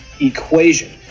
equation